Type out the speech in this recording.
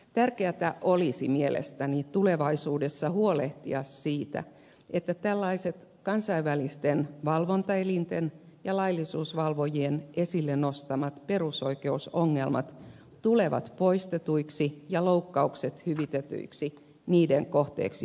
tärkeätä olisi mielestäni tulevaisuudessa huolehtia siitä että tällaiset kansainvälisten valvontaelinten ja laillisuusvalvojien esille nostamat perusoikeusongelmat tulevat poistetuiksi ja loukkaukset hyvitetyiksi niiden kohteeksi joutuneille